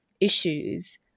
issues